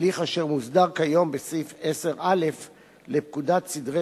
הליך אשר מוסדר כיום בסעיף 10א לפקודת סדרי